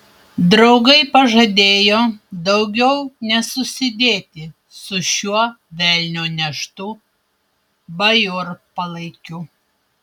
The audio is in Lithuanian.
draugai pažadėjo daugiau nesusidėti su šiuo velnio neštu bajorpalaikiu